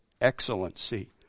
excellency